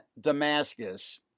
Damascus